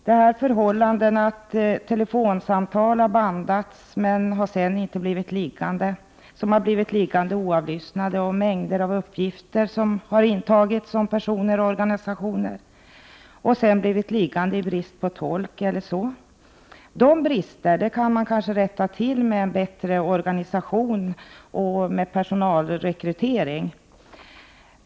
Brister, som att telefonsamtal som bandats inte har blivit utskrivna liksom att avlyssnandet av en mängd uppgifter om personer och organisationer inte har översatts eftersom tolk inte funnits tillgänglig, kan man kanske rätta till med en bättre organisation och med hjälp av personalrekrytering.